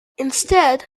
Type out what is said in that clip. instead